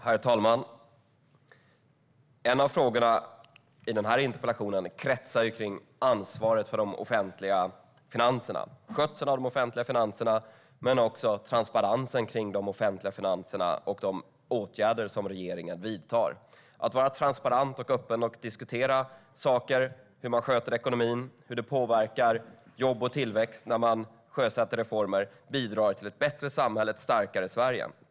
Herr talman! En av frågorna i interpellationen berör ansvaret för de offentliga finanserna. Det handlar om skötseln av de offentliga finanserna men också om transparensen i de offentliga finanserna och de åtgärder som regeringen vidtar. Att vara transparent och öppen och diskutera hur man sköter ekonomin och hur det påverkar jobb och tillväxt när man sjösätter reformer bidrar till ett bättre samhälle och ett starkare Sverige.